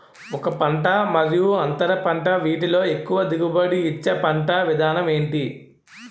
ఒక పంట మరియు అంతర పంట వీటిలో ఎక్కువ దిగుబడి ఇచ్చే పంట విధానం ఏంటి?